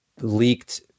leaked